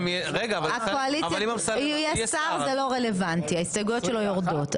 יש שר, זה לא רלוונטי, ההסתייגויות שלו יורדות.